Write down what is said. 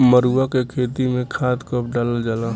मरुआ के खेती में खाद कब डालल जाला?